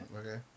Okay